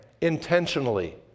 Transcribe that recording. intentionally